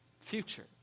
Future